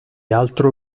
altro